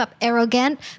arrogant